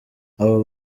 abo